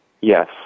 Yes